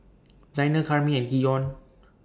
Danyel Karyme and Keion